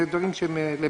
אלה דברים אלמנטריים,